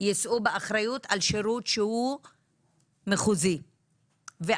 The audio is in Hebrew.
יישאו באחריות על שירות שהוא מחוזי ואז